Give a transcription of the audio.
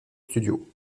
studio